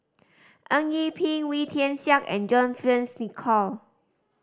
Eng Yee Peng Wee Tian Siak and John Fearns Nicoll